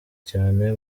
cyane